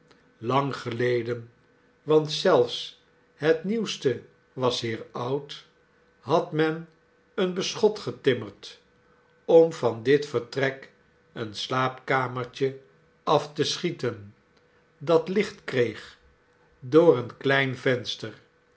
had men een beschot getimmerd om van dit vertrek een slaapkamertje af te schieten dat licht kreeg door een klein venster